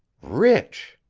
rich.